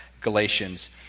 Galatians